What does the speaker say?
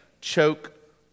choke